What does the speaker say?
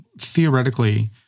theoretically